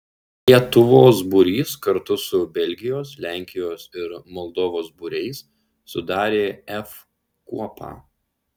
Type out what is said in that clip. lietuvos būrys kartu su belgijos lenkijos ir moldovos būriais sudarė f kuopą